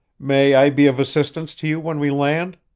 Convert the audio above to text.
may i be of assistance to you when we land?